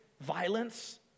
violence